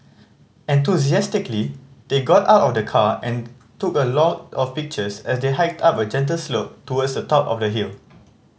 enthusiastically they got out of the car and took a lot of pictures as they hiked up a gentle slope towards the top of the hill